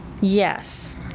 Yes